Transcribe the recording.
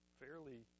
fairly